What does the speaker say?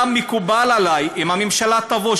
מקובל עלי אם הממשלה תבוא,